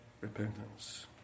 Repentance